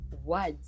Words